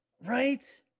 Right